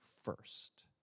first